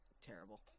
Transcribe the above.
Terrible